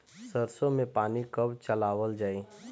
सरसो में पानी कब चलावल जाई?